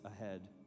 ahead